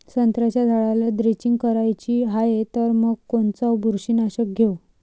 संत्र्याच्या झाडाला द्रेंचींग करायची हाये तर मग कोनच बुरशीनाशक घेऊ?